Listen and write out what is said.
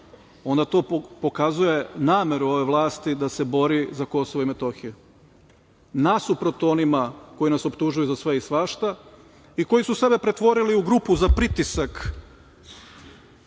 onda to pokazuje nameru ove vlasti da se bori za KiM, nasuprot onima koji nas optužuju za sve i svašta i koji su sebe pretvorili u grupu za pritisak